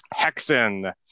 Hexen